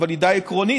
אבל היא די עקרונית,